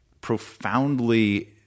profoundly